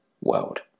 world